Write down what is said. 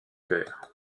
pairs